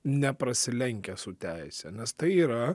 neprasilenkia su teise nes tai yra